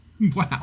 Wow